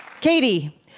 Katie